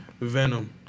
Venom